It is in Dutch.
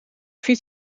fiets